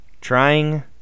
trying